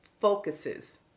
focuses